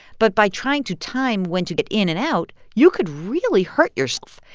but by trying to time when to get in and out, you could really hurt yourself.